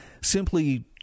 simply